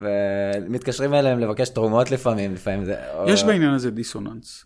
ומתקשרים אליהם לבקש תרומות לפעמים, לפעמים זה... -יש בעניין הזה דיסוננס.